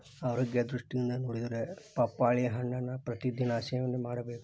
ಆರೋಗ್ಯ ದೃಷ್ಟಿಯಿಂದ ನೊಡಿದ್ರ ಪಪ್ಪಾಳಿ ಹಣ್ಣನ್ನಾ ಪ್ರತಿ ದಿನಾ ಸೇವನೆ ಮಾಡಬೇಕ